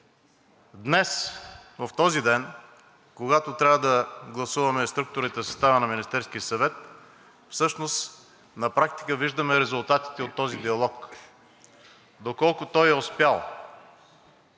днес в този ден, когато трябва да гласуваме структурата и състава на Министерския съвет, всъщност на практика виждаме резултатите от този диалог. Доколко той е успял,